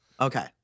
Okay